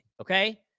okay